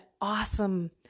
awesome